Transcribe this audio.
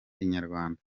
inyarwanda